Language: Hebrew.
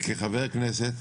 וכחבר כנסת,